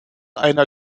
einer